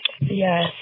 Yes